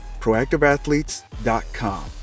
proactiveathletes.com